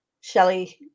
Shelly